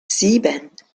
sieben